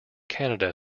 canada